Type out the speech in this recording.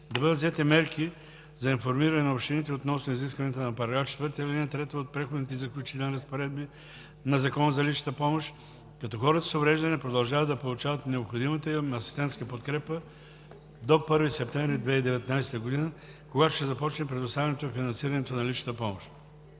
да бъдат взети мерки за информиране на общините относно изискванията на § 4, ал. 3 от Преходните и заключителните разпоредби на Закона за личната помощ, като хората с увреждания продължават да получават необходимата им асистентска подкрепа до 1 септември 2019 г., когато ще започне предоставянето и финансирането на личната помощ.